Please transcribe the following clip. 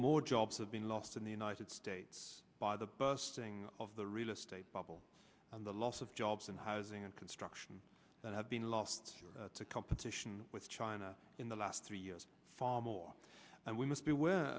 more jobs have been lost in the united states by the bursting of the real estate bubble and the loss of jobs and housing and construction that have been lost to competition with china in the last three years far more and we must be aware